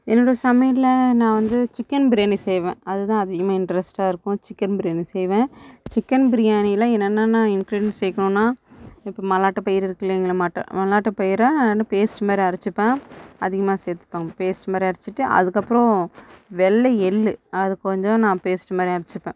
என்னோடய சமையலில் நான் வந்து சிக்கன் பிரியாணி செய்வேன் அது தான் அதிகமாக இன்ட்ரஸ்ட்டாக இருக்கும் சிக்கன் பிரியாணி செய்வேன் சிக்கன் பிரியாணியில் என்னென்னான்னா இன்க்ரீடியன்ட் சேர்க்கணுன்னா இப்போ மல்லாட்ட பயிறு இருக்கில்லைங்களா மட்ட மல்லாட்ட பயிரை நல்ல பேஸ்ட்டு மாரி அரைச்சிப்பேன் அதிகமாக சேர்த்துப்பேன் பேஸ்ட் மாதிரி அரைச்சிட்டு அதுக்கப்புறம் வெள்ளை எள் அது கொஞ்சம் நான் பேஸ்ட் மாரி அரைச்சிப்பேன்